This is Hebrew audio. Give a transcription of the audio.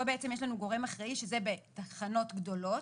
פה בעצם יש לנו גורם אחראי שזה בתחנות גדולות,